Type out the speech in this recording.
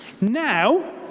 Now